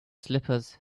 slippers